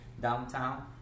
downtown